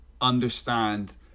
understand